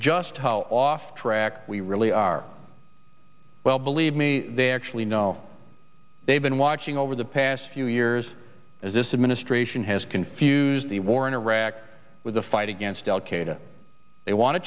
just how off track we really are well believe me they actually know they've been watching over the past few years as this administration has confused the war in iraq with the fight against al qaeda they want to